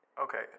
Okay